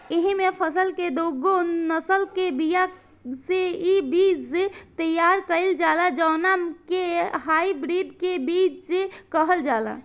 एकही फसल के दूगो नसल के बिया से इ बीज तैयार कईल जाला जवना के हाई ब्रीड के बीज कहल जाला